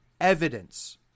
evidence